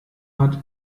hat